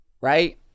Right